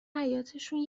حیاطشون